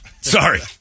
Sorry